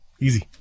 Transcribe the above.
Easy